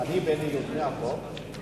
אני בין יוזמי החוק,